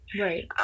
Right